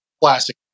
classic